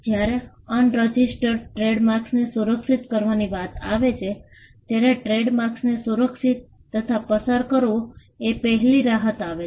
જ્યારે unregistered ટ્રેડમાર્ક્સને સુરક્ષિત કરવાની વાત આવે છે ત્યારે ટ્રેડમાર્ક્સને સુરક્ષિત તથા પસાર કરવું એ પહેલી રાહત આવે છે